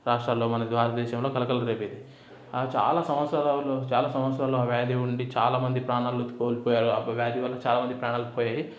రాష్ట్రాల్లో మన భారతదేశంలో కలకలం రేపేది చాలా సంవత్సరాలు చాలా సంవత్సరాలు ఆ వ్యాధి ఉండి చాలా మంది ప్రాణాలు కోల్పోయారు వ్యాధి వల్ల చాలా మంది ప్రాణాలు పోయాయి